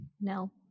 no